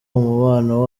umubano